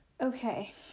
Okay